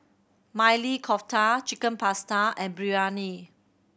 Maili Kofta Chicken Pasta and Biryani